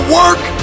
work